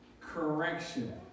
correction